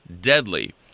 deadly